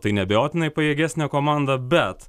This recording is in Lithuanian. tai neabejotinai pajėgesnė komanda bet